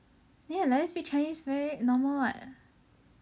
neh like that speak chinese very normal [what]